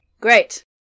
Great